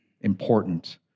important